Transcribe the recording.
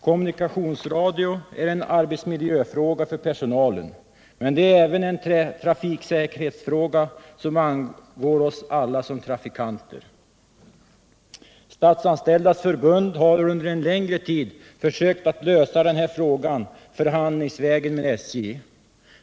Kommunikationsradio är en arbetsmiljöfråga för personalen, men det är även en trafiksäkerhetsfråga som angår oss alla som trafikanter. Statsanställdas förbund har under en längre tid försökt att lösa den här frågan förhandlingsvägen med SJ.